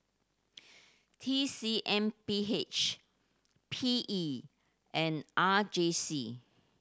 T C M B H P E and R J C